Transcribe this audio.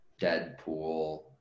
Deadpool